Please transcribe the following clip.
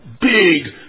big